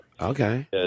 Okay